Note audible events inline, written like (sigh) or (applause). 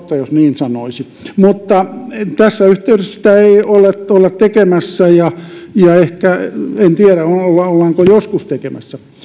(unintelligible) tårta jos niin sanoisi mutta tässä yhteydessä sitä ei olla tekemässä ja ja en tiedä ollaanko joskus tekemässä